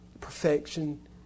Perfection